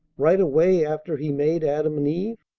right away after he made adam and eve?